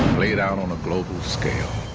played out on a global scale.